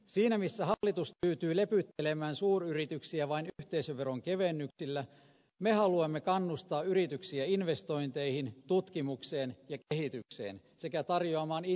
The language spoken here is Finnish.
siinä missä hallitus tyytyy lepyttelemään suuryrityksiä vain yhteisöveron kevennyksillä me haluamme kannustaa yrityksiä investointeihin tutkimukseen ja kehitykseen sekä tarjoamaan ihmisille töitä